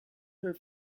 her